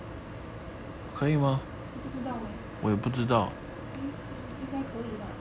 我不知道 leh eh 应该可以吧